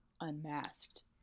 unmasked